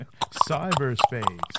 Cyberspace